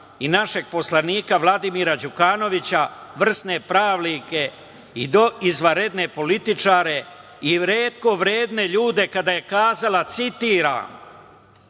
i našeg poslanika Vladimira Đukanovića, vrsne pravnike i izvanredne političare, i retko vredne ljude kada je rekla –